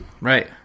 Right